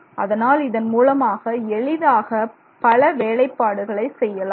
அதனால் இதன் மூலமாக எளிதாக பல வேலைப்பாடுகளை செய்யலாம்